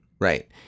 Right